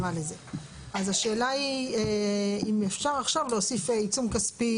אז למעשה אפשר להגיד במקום זה את המפרט של המזון או שזה לא מספיק?